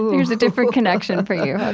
here's a different connection for you,